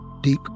Deep